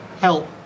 help